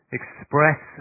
express